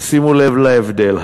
ושימו לב להבדל,